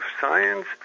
science